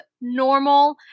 normal